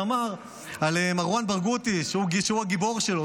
ואמר על מרואן ברגותי שהוא הגיבור שלו.